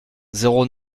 zéro